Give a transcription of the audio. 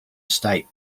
state